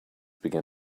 began